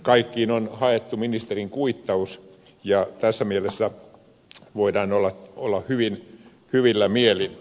kaikkiin on haettu ministerin kuittaus ja tässä mielessä voidaan olla hyvin hyvillä mielin